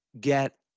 get